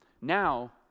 Now